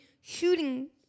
shooting